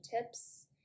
tips